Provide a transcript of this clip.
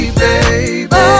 baby